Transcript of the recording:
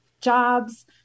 Jobs